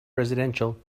residential